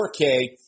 4k